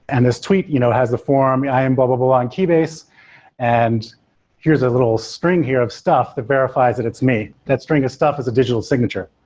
and this tweet you know has the forum, i am blah, blah, blah, blah in keybase and here's a little string here of stuff that verifies that it's me. that string of stuff is a digital signature.